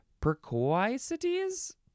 Perquisites